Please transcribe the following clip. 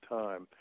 time